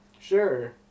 Sure